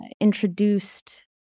introduced